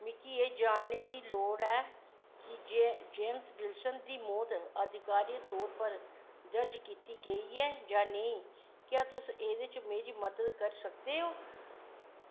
मिगी एह् जांचने दी लोड़ ऐ जे जेम्स विल्सन दी मौत आधिकारिक तौरा पर दर्ज कीती गेई ऐ जां नेईं क्या तुस एह्दे च मेरी मदद करी सकदे ओ